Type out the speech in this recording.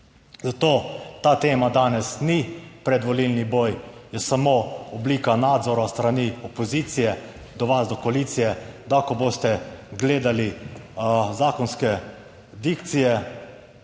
Zato ta tema danes ni predvolilni boj, je samo oblika nadzora s strani opozicije do vas, do koalicije, da ko boste gledali zakonske dikcije,